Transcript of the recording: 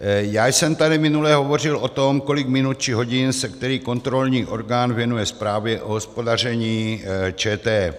Já jsem tady minule hovořil o tom, kolik minut či hodin se který kontrolní orgán věnuje zprávě o hospodaření ČT.